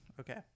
Okay